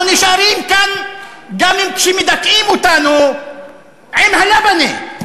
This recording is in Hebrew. אנחנו נשארים כאן גם כשמדכאים אותנו עם הלַבָּנֶה.